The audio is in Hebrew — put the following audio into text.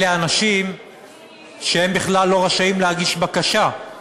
אלה אנשים שהם בכלל לא רשאים להגיש בקשה,